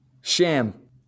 Sham